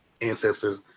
ancestors